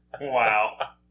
Wow